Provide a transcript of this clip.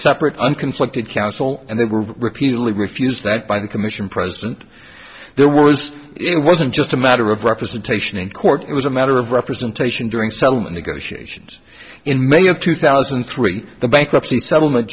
separate and conflicted counsel and they were repeatedly refused by the commission president there was it wasn't just a matter of representation in court it was a matter of representation during settlement negotiations in may of two thousand and three the bankruptcy settlement